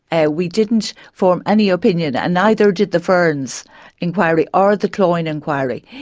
and we didn't form any opinion, and neither did the ferns inquiry ah or the cloyne inquiry.